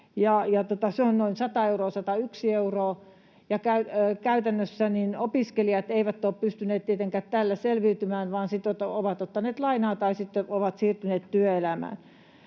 se on noin 101 euroa. Käytännössä opiskelijat eivät ole pystyneet tietenkään tällä selviytymään, vaan ovat ottaneet lainaa tai sitten ovat siirtyneet työelämään.